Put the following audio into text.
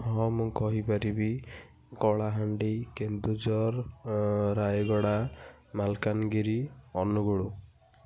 ହଁ ମୁଁ କହିପାରିବି କଳାହାଣ୍ଡି କେନ୍ଦୁଝର ରାୟଗଡ଼ା ମାଲକାନଗିରି ଅନୁଗୁଳୁ